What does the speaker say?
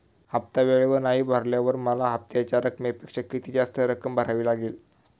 हफ्ता वेळेवर नाही भरल्यावर मला हप्त्याच्या रकमेपेक्षा किती जास्त रक्कम भरावी लागेल?